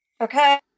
Okay